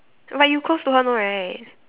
but you close to her no right